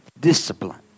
discipline